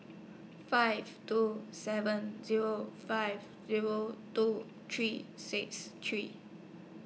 five two seven Zero five Zero two three six three